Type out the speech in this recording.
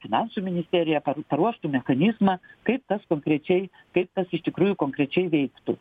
finansų ministerija paruoštų mechanizmą kaip tas konkrečiai kaip iš tikrųjų konkrečiai veiktų